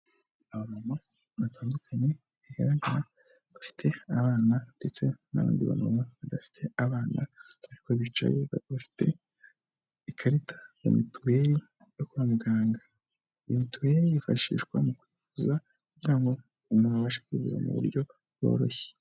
Abantu batandukanye bigaragara, bafite abana ndetse ni aba mama badafite abana; ariko bicaye bafite ikarita ya mituweli yo kwa muganga. Iyi mitwaweli yifashishwa mu kwivuzaza kugira umuntu abashe kwivuza mu buryo bworoshye.